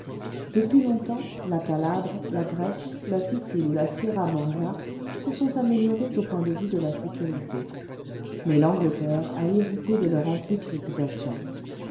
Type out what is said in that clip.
depuis longtemps la calabre la grèce la sicile ou la sierra morena se sont améliorées au point de vue de la sécurité mais l'angleterre a hérité de leur